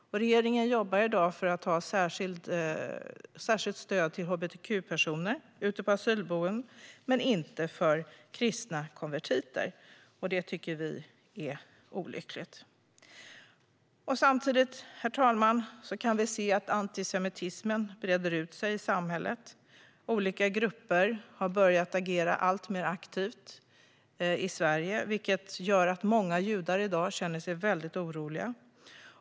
Regeringen jobbar i dag för särskilt stöd till hbtq-personer på asylboenden men inte för kristna konvertiter. Det tycker vi är olyckligt. Samtidigt kan vi se att antisemitismen breder ut sig i samhället. Olika grupper har börjat agera alltmer aktivt i Sverige, vilket gör att många judar i dag känner sig mycket oroliga.